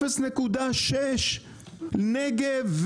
0.6 נגב,